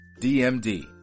DMD